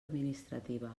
administrativa